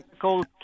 cold